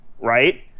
right